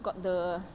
got the